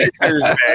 Thursday